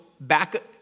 back